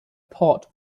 part